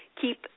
keep